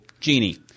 genie